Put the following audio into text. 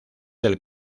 del